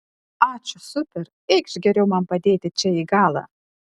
ačiū super eikš geriau man padėti čia į galą